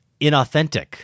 inauthentic